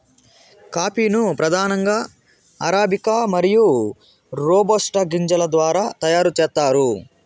coffee ను ప్రధానంగా arabica మరియు రోబస్టా గింజల ద్వారా తయారు చేత్తారు